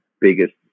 biggest